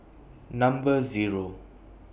Number Zero